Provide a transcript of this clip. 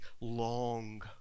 long